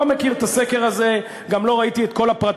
לא מכיר את הסקר הזה, גם לא ראיתי את כל הפרטים.